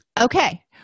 Okay